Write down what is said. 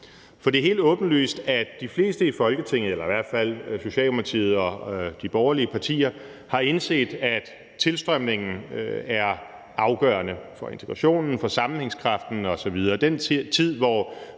For det er helt åbenlyst, at de fleste i Folketinget eller i hvert fald Socialdemokratiet og de borgerlige partier har indset, at tilstrømningen er afgørende for integrationen, for sammenhængskraften osv.